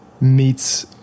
meets